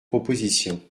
proposition